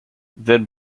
then